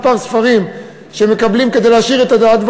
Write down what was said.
כמה ספרים שמקבלים כדי להעשיר את הדעת,